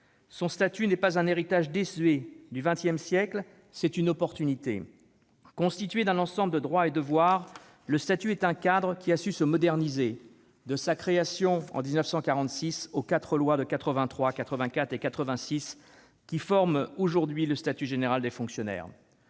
Son statut n'est pas un héritage désuet du XX siècle ; c'est une opportunité. Constitué d'un ensemble de droits et de devoirs, le statut est un cadre qui a su se moderniser, de sa création, en 1946, aux quatre lois de 1983, 1984 et 1986, qui forment aujourd'hui le statut général des fonctionnaires.